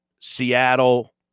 Seattle